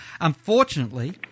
unfortunately